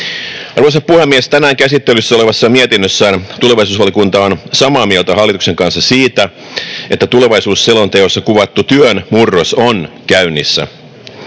Arvoisa puhemies! Tänään käsittelyssä olevassa mietinnössään tulevaisuusvaliokunta on samaa mieltä hallituksen kanssa siitä, että tulevaisuusselonteossa kuvattu työn murros on käynnissä.